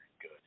good